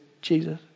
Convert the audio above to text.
Jesus